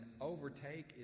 overtake